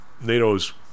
NATO's